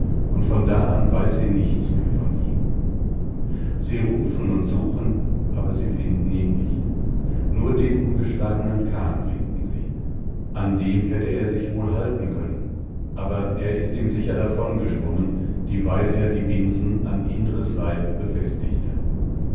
und von da an weiß sie nichts mehr von ihm sie rufen und suchen aber sie finden ihn nicht nur den umgeschlagenen kahn finden sie an dem hätte er sich wohl halten können aber er ist ihm sicher davongeschwommen dieweil er die binsen an indres leib befestigte